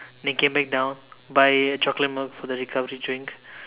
then came back down buy chocolate milk for the recovery drink